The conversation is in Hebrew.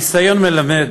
הניסיון מלמד